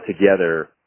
together